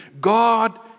God